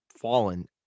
fallen